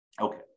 okay